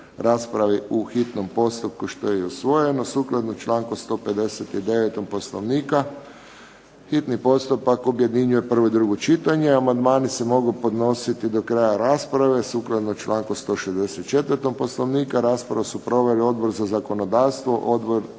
raspravi u hitnom postupku što je i usvojeno. Sukladno članku 159. Poslovnika hitni postupak objedinjuje prvo i drugo čitanje. Amandmani se mogu podnositi do kraja rasprave, sukladno članku 164. Poslovnika. Raspravu su proveli Odbor za zakonodavstvo, Odbor